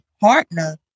partner